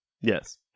yes